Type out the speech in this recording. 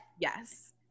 Yes